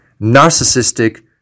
Narcissistic